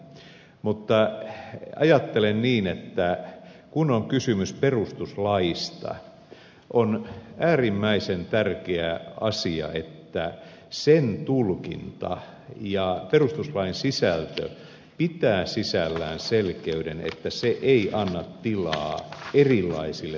mutta ajattelen niin että kun on kysymys perustuslaista on äärimmäisen tärkeä asia että sen tulkinta ja perustuslain sisältö pitää sisällään selkeyden että se ei anna tilaa erilaisille tulkinnoille